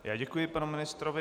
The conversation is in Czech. Já děkuji panu ministrovi